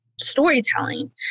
storytelling